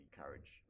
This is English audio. courage